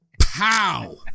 Pow